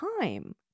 time